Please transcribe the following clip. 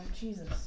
Jesus